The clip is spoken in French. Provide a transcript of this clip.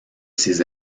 ses